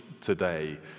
today